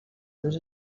dos